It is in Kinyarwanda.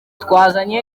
twazanye